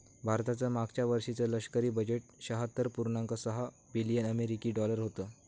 भारताचं मागच्या वर्षीचे लष्करी बजेट शहात्तर पुर्णांक सहा बिलियन अमेरिकी डॉलर होतं